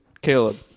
Caleb